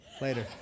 Later